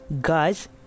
Guys